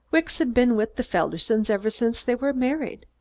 wicks had been with the feldersons ever since they were married.